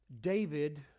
David